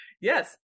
Yes